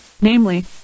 namely